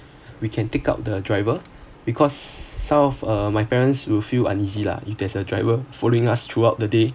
we can take out the driver because south uh my parents will feel uneasy lah if there's a driver following us throughout the day